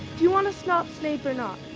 do you wanna stop snape or not?